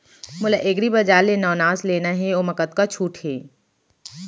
मोला एग्रीबजार ले नवनास लेना हे ओमा कतका छूट हे?